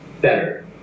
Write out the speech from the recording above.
better